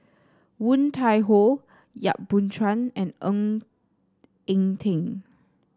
Woon Tai Ho Yap Boon Chuan and Ng Eng Teng